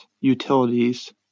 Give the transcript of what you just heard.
utilities